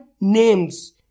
names